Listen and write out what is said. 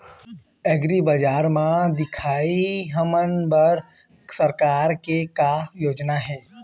एग्रीबजार म दिखाही हमन बर सरकार के का योजना हे?